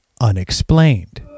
unexplained